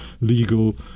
legal